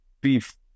beef